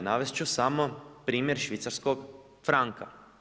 Navesti ću samo primjer švicarskog franka.